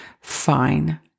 Fine